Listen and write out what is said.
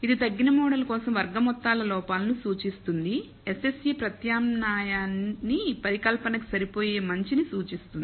ఇది తగ్గిన మోడల్ కోసం వర్గ మొత్తాల లోపాలను సూచిస్తుంది SSE ప్రత్యామ్నాయాని పరికల్పన కి సరిపోయే మంచిని సూచిస్తుంది